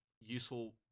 useful